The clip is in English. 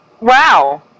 Wow